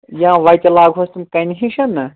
یا وَتہِ لاگہوس تِم کَنہِ ہِش نَہ